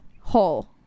hole